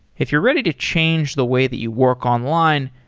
if you're ready to change the way that you work online,